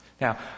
Now